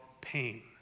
pain